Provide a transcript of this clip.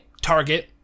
Target